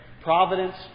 Providence